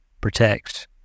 protects